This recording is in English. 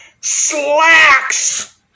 Slacks